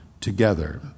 together